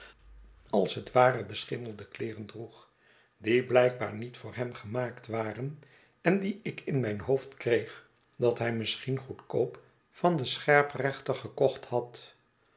als het ware beschimmelde kleeren droeg die blijkbaar niet voor hem gemaakt waren en die ik in mijn hoofd kreeg dat hij misschien goedkoop van den scherprechter gekocht had